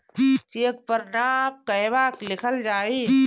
Check पर नाम कहवा लिखल जाइ?